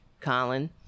Colin